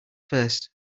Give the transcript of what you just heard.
first